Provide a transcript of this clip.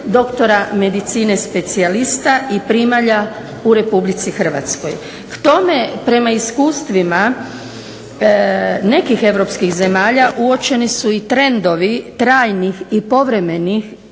doktora medicine specijalista, i primalja u Republici Hrvatskoj. K tome prema iskustvima nekih europskih zemalja uočeni su i trendovi trajnih i povremenih